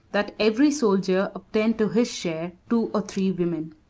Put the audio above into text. that every soldier obtained to his share two or three women.